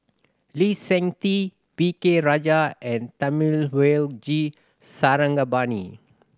Lee Seng Tee V K Rajah and Thamizhavel G Sarangapani